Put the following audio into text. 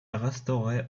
restaurée